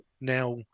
now